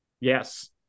yes